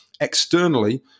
Externally